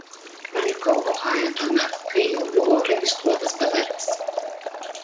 palikau ohają tuomet kai jau buvau registruotas bedarbis